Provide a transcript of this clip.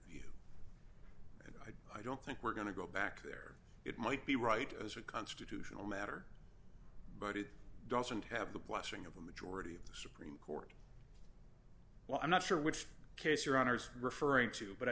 that i don't think we're going to go back there it might be right as a constitutional matter but it doesn't have the blessing of a majority of the supreme court well i'm not sure which case your honour's referring to but i